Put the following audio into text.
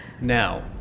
Now